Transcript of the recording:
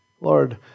Lord